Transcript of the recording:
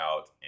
out